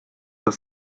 das